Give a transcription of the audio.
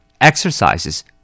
Exercises